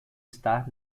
estar